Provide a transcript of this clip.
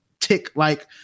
tick-like